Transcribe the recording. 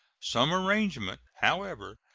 some arrangement, however,